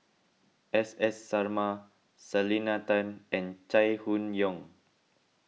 S S Sarma Selena Tan and Chai Hon Yoong